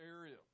area